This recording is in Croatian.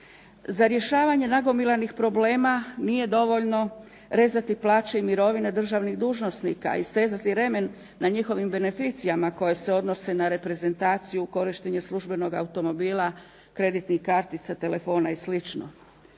Za rješavanje nagomilanih problema nije dovoljno rezati plaće i mirovine državnih dužnosnika i stezat remen na njihovim benficijama koje se odnose na reprezentaciju, korištenje službenog automobila, kreditnih kartica, telefona i